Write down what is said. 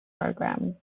programme